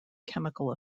chemical